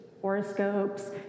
horoscopes